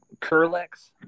curlex